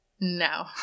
No